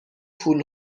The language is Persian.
پول